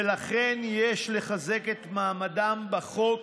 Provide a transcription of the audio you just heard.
ולכן יש לחזק את מעמדם בחוק